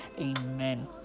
amen